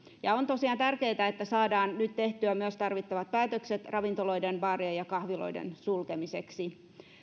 on tosiaan tärkeätä että saadaan nyt tehtyä myös tarvittavat päätökset ravintoloiden baarien ja kahviloiden sulkemiseksi